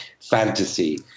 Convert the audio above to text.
fantasy